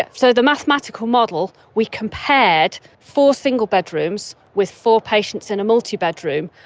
ah so the mathematical model, we compared four single bedrooms with four patients in a multi-bedroom,